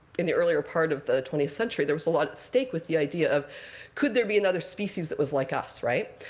in the earlier part of the twentieth century, there was a lot at stake with the idea of could there be another species that was like us, right?